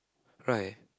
right